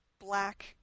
black